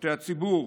משרתי הציבור,